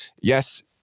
yes